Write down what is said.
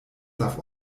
darf